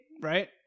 right